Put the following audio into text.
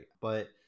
but-